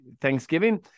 Thanksgiving